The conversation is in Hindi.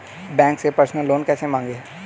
बैंक से पर्सनल लोन कैसे मांगें?